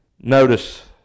notice